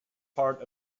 part